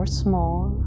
small